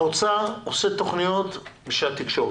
האוצר עושה תוכניות בשביל התקשורת.